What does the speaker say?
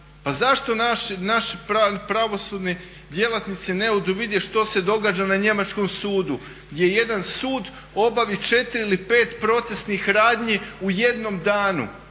Pa zašto naši pravosudni djelatnici ne odu vidjeti što se događa na njemačkom sudu gdje jedan sud obavi četiri ili pet procesnih radni u jednom danu.